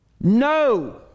No